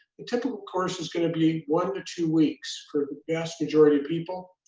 the typical course is gonna be one to two weeks for the vast majority of people.